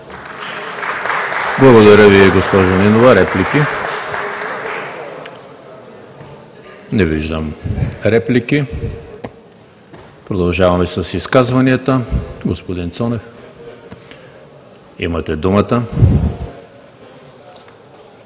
Благодаря Ви, госпожо Нинова. Реплики? Не виждам. Продължаваме с изказванията. Господин Цонев, имате думата.